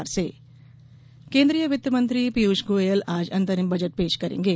budget प्रसारण केन्द्रीय वित्त मंत्री पीयूष गोयल आज अंतरिम बजट पेश करेंगे